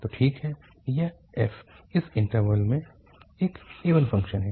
तो ठीक है यह f इस इन्टरवल में एक इवन फ़ंक्शन है